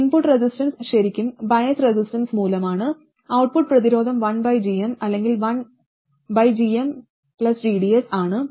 input resistance ശരിക്കും bias resistance മൂലമാണ് output പ്രതിരോധം1gm അല്ലെങ്കിൽ 1gmgds ആണ്